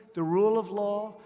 the rule of law,